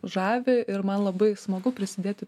žavi ir man labai smagu prisidėti